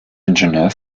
ingenieur